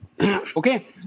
Okay